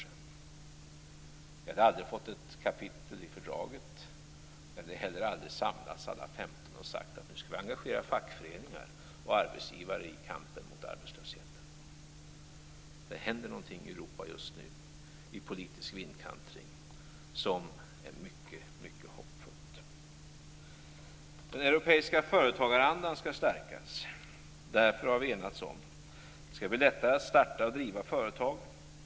Vi hade aldrig fått ett kapitel i fördraget. Vi hade heller aldrig samlats alla 15 och sagt: Nu skall vi engagera fackföreningar och arbetsgivare i kampen mot arbetslösheten. Det händer någonting i Europa just nu. Det är en politisk vindkantring som är mycket hoppfull. Den europeiska företagarandan skall stärkas. Därför har vi enats om följande: Det skall bli lättare att starta och driva företag.